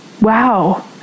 Wow